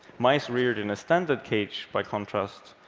mice reared in a standard cage, by contrast,